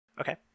Okay